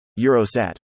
Eurosat